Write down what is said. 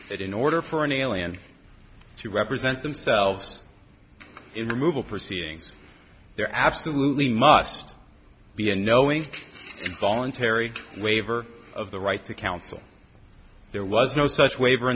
that in order for an alien to represent themselves in removal proceedings there absolutely must be a knowing voluntary waiver of the right to counsel there was no such waiver